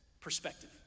Perspective